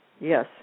yes